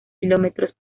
kilómetros